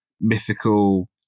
mythical